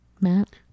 Matt